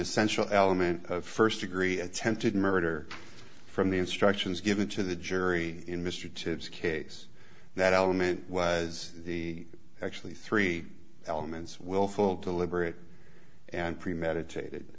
essential element of first degree attempted murder from the instructions given to the jury in mr tibbs case that element was the actually three elements willful deliberate and premeditated